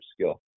skill